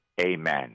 Amen